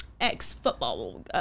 ex-football